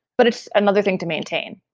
but it's another thing to maintain.